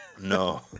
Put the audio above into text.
No